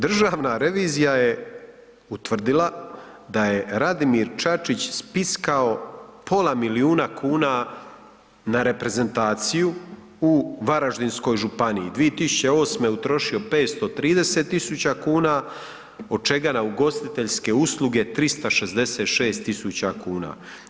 Državna revizija je utvrdila da je Radimir Čačić spiskao pola milijuna kuna na reprezentaciju u Varaždinskoj županiji, 2008. utrošio 530.000 kuna od čega na ugostiteljske usluge 366.000 kuna.